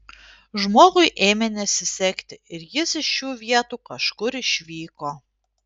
žmogui ėmė nesisekti ir jis iš šių vietų kažkur išvyko